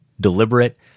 deliberate